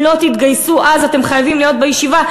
לא תתגייסו אז אתם חייבים להיות בישיבה,